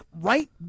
right